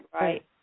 Right